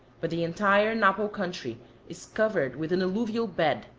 but the entire napo country is covered with an alluvial bed,